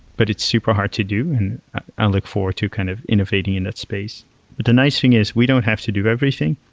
but it's super hard to do and i look forward to kind of innovating in that space. but the nice thing is we don't have to do everything.